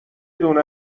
دونه